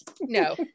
no